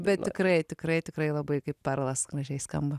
bet tikrai tikrai tikrai labai kaip perlas gražiai skamba